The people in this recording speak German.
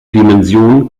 dimension